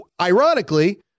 Ironically